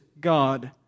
God